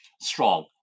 strong